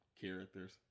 characters